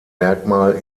merkmal